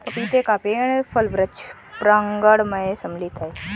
पपीते का पेड़ फल वृक्ष प्रांगण मैं सम्मिलित है